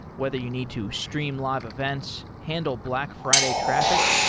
whether you need to stream live events, handle black friday traffic,